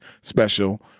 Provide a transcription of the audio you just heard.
Special